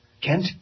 Kent